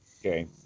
Okay